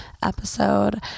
Episode